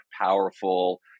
powerful